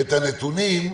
את הנתונים,